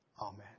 Amen